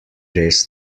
res